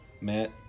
Matt